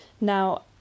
Now